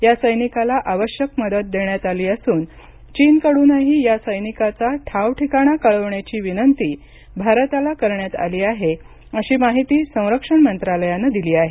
या सैनिकाला आवश्यक मदत देण्यात आली असून चीनकडूनही या सैनिकाचा ठावठिकाणा कळवण्याची विनंती भारताला करण्यात आली आहे अशी माहिती संरक्षण मंत्रालयानं दिली आहे